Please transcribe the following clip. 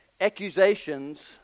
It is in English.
accusations